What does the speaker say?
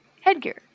headgear